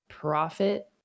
profit